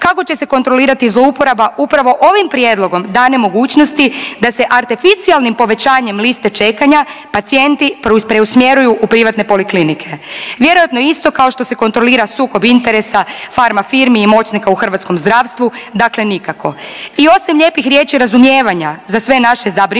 Kako će se kontrolirati zlouporaba upravo ovim prijedlogom dane mogućnosti da se arteficijalnim povećanjem liste čekanja pacijenti preusmjeruju u privatne poliklinike. Vjerojatno isto kao što se kontrolira sukob interesa farma firmi i moćnika u hrvatskom zdravstvu, dakle nikako. I osim lijepih riječi, razumijevanja za sve naše zabrinutosti